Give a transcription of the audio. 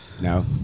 No